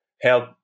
help